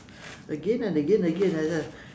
again and again again like that